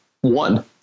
One